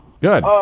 good